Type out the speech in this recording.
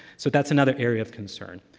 so that's another area of concern.